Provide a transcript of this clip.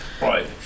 right